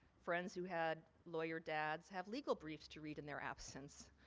friends who had lawyer dads have legal briefs to read in their absence.